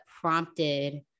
prompted